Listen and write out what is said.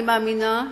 אני מאמינה,